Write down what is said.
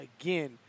again